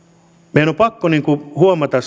meidän on pakko huomata